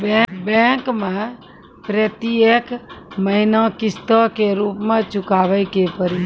Bank मैं प्रेतियेक महीना किस्तो के रूप मे चुकाबै के पड़ी?